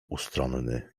ustronny